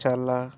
చల్ల